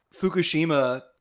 Fukushima